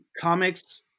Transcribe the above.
comics